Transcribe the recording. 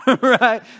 right